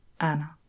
Anna